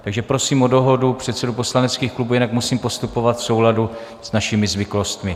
Takže prosím o dohodu předsedů poslaneckých klubů, jinak musím postupovat v souladu s našimi zvyklostmi.